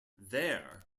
there